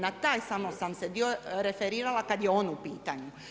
Na taj samo sam se dio referirala kada je on u pitanju.